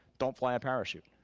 don't fly a parachute.